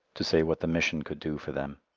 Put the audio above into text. to say what the mission could do for them.